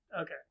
Okay